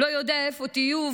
לא יודע איפה תהיו.